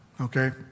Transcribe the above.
okay